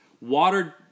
water